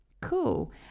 Cool